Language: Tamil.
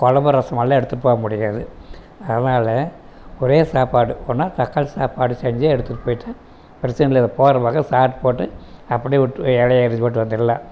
குழம்பு ரசம் எல்லாம் எடுத்துகிட்டு போக முடியாது அதனால ஒரே சாப்பாடு ஒன்று தக்காளி சாப்பாடு செஞ்சு எடுத்துட்டு போய்ட்டு பிரச்சனை இல்லை போறபோக்கில் சாப்ட்டுட்டு அப்படியே இலையை எறிஞ்சிட்டு வந்துடலாம்